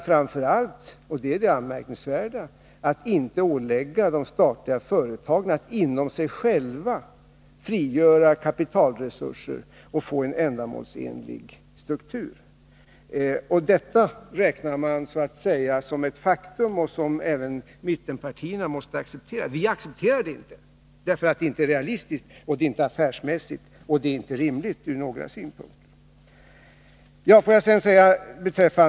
Framför allt — och det är det anmärkningsvärda — innebär det att inte ålägga de statliga företagen att inom sig själva frigöra kapitalresurser och att skapa en ändamålsenlig struktur. Detta räknar man som ett faktum, som även mittenpartierna måste acceptera. Vi accepterar det inte, för det är inte realistiskt, det är inte affärsmässigt och det är inte rimligt från några synpunkter.